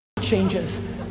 changes